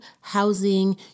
housing